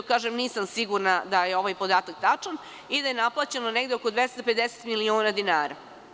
Kažem, nisam sigurna da je ovaj podatak tačan, i da je naplaćeno negde oko 250 miliona dinara.